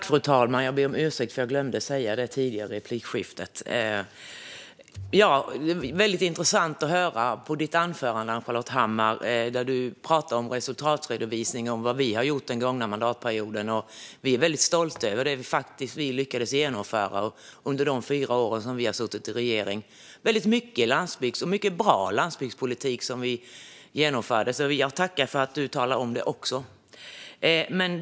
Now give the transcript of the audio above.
Fru talman! Det var intressant att höra ditt anförande, Ann-Charlotte Hammar, där du talar om resultatredovisning och vad vi har gjort den gångna mandatperioden. Vi är väldigt stolta över det vi faktiskt lyckats genomföra under de fyra år vi har suttit i regering. Vi genomförde mycket bra landsbygdspolitik, och jag tackar för att du också talar om det.